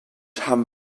haben